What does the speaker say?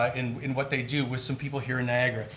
um in in what they do, with some people here in niagara,